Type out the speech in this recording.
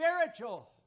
spiritual